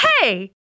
Hey